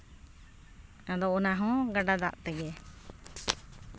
ᱟᱫᱚ ᱚᱱᱟᱦᱚᱸ ᱜᱟᱰᱟ ᱫᱟᱜ ᱛᱮᱜᱮ